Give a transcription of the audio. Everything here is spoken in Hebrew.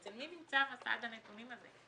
אצל מי נמצא מסד הנתונים האלה?